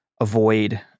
avoid